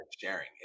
sharing